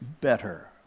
better